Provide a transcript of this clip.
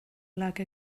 like